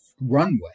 runway